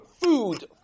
food